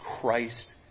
Christ